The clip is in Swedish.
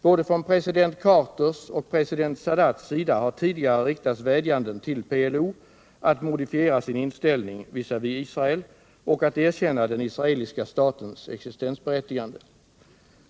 Både från president Carters och president Sadats sida har tidigare riktats vädjanden till PLO att modifiera sin inställning visavi Israel och att erkänna den israeliska statens existensberättigande.